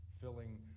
filling